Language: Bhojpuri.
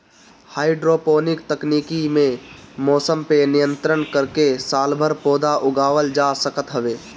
हाइड्रोपोनिक तकनीकी में मौसम पअ नियंत्रण करके सालभर पौधा उगावल जा सकत हवे